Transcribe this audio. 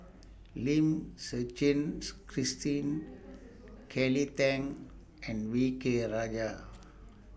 Lim Suchen Christine Kelly Tang and V K Rajah